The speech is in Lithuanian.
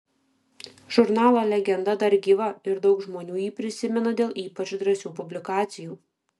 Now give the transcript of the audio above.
žurnalo legenda dar gyva ir daug žmonių jį prisimena dėl ypač drąsių publikacijų